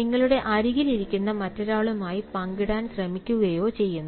നിങ്ങളുടെ അരികിൽ ഇരിക്കുന്ന മറ്റൊരാളുമായി പങ്കിടാൻ ശ്രമിക്കുകയോ ചെയ്യുന്നു